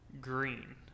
Green